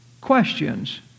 questions